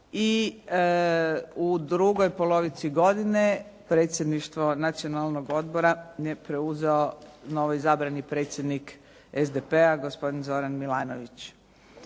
I u drugoj polovici godine predsjedništvo Nacionalnog odbora je preuzeo novoizabrani predsjednik SDP-a, gospodin Zoran Milanović.